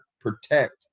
protect